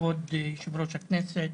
כבוד יושב-ראש הכנסת,